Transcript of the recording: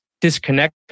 disconnect